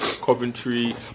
Coventry